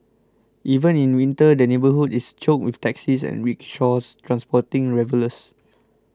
even in winter the neighbourhood is choked with taxis and rickshaws transporting revellers